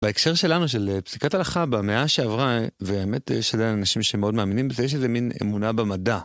בהקשר שלנו, של פסיקת הלכה, במאה שעברה, והאמת שיש עדיין אנשים שמאוד מאמינים בזה, יש איזו מין אמונה במדע.